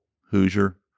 Hoosier